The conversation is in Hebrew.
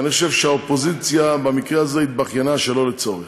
ואני חושב שהאופוזיציה במקרה הזה התבכיינה שלא לצורך.